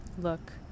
Look